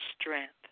strength